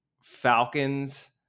Falcons